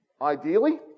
Ideally